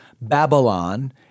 Babylon